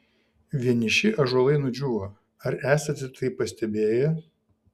vieniši ąžuolai nudžiūva ar esate tai pastebėję